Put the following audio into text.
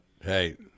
Hey